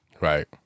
Right